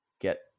get